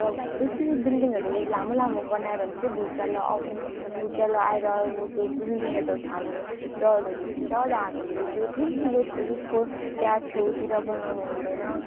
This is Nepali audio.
र बेसी बिल्डिङहरू लामो लामो बनायो भने चाहिँ भुइचालो आउने भुइचालो आएर हो त्यो बिल्डिङहरू ढाल्ने डरहरू हुन्छ र हामीले त्यो ठुल ठुलो रुखको त्यहाँ छेउ तिर बनाउनु हुँदैन